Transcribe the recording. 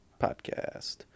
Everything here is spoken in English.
podcast